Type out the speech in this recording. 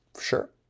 Sure